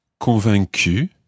convaincu